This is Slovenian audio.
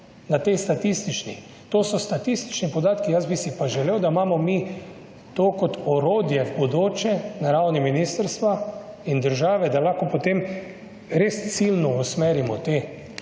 na tej statistični. To so statistični podatki. Jaz bi si pa želel, da imamo mi to kot orodje v bodoče na ravni ministrstva in države, da lahko potem res ciljno usmerimo te takšne